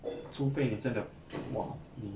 除非你真的 !wah! 你